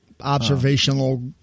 observational